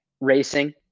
racing